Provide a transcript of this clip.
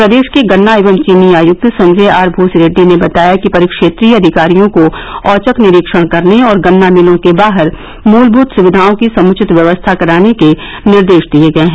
प्रदेश के गन्ना एवं चीनी आयुक्त संजय आर भूसरेड्डी ने बताया कि परिक्षेत्रीय अधिकारियों को औचक निरीक्षण करने और गन्ना मिलों के बाहर मूलमूत सुविधाओं की समुचित व्यवस्था कराने के निर्देश दिये गये हैं